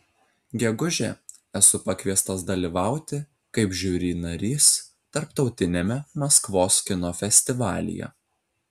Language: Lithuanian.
gegužę esu pakviestas dalyvauti kaip žiuri narys tarptautiniame maskvos kino festivalyje